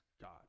God